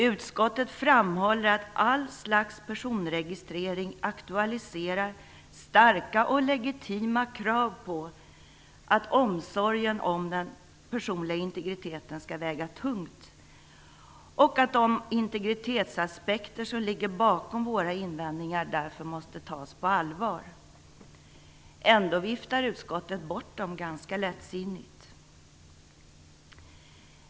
Utskottet framhåller att all slags personregistrering aktualiserar starka och legitima krav på att omsorgen om den personliga integriteten skall väga tungt och att de integritetsaspekter som ligger bakom våra invändningar därför måste tas på allvar. Ändå viftar utskottet bort dem ganska lättsinnigt.